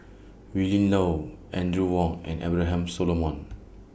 Willin Low Audrey Wong and Abraham Solomon